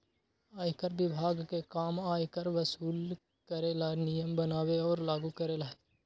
आयकर विभाग के काम आयकर वसूल करे ला नियम बनावे और लागू करेला हई